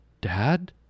Dad